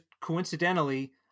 coincidentally